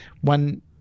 one